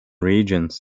regions